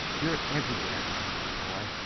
you're everywhere now, my boy.